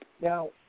Now